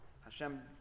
HaShem